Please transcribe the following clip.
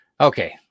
okay